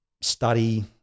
study –